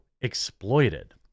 exploited